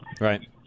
Right